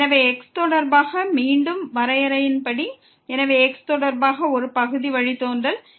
எனவே x தொடர்பாக மீண்டும் வரையறையின்படி எனவே x தொடர்பாக ஒரு பகுதி வழித்தோன்றல் உள்ளது